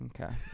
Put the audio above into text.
Okay